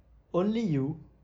only you